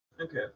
Okay